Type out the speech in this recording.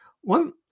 One